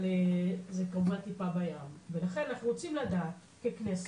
אבל זה כמובן טיפה בים ולכן אנחנו רוצים לדעת ככנסת